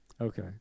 Okay